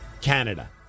Canada